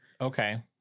Okay